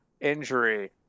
injury